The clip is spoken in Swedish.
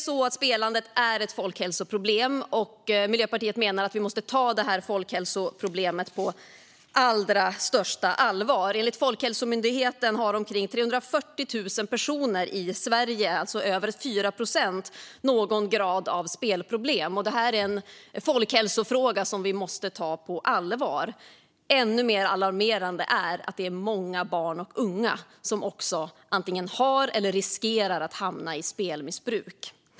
Spelandet är ett folkhälsoproblem, och Miljöpartiet menar att vi måste ta detta folkhälsoproblem på allra största allvar. Enligt Folkhälsomyndigheten har omkring 340 000 personer i Sverige, alltså över 4 procent, någon grad av spelproblem. Det är en folkhälsofråga som vi måste ta på allvar. Ännu mer alarmerande är att det är många barn och unga som antingen har hamnat i eller riskerar att hamna i spelmissbruk.